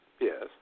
Yes